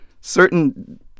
certain